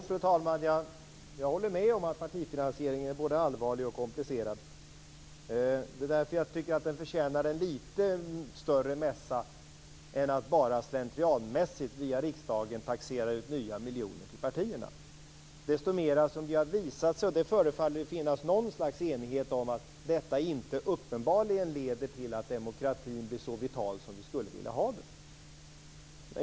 Fru talman! Jo, jag håller med om att partifinansieringen är både allvarlig och komplicerad. Därför tycker jag att den förtjänar en lite större mässa än att bara slentrianmässigt via riksdagen taxera ut nya miljoner till partierna. Desto mer som det har visat sig - det förefaller vara något slags enighet om det - att detta inte uppenbarligen leder till att demokratin blir så vital som vi skulle vilja ha det.